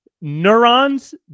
Neurons